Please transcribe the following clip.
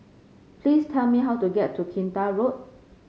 please tell me how to get to Kinta Road